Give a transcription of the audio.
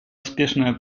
успешное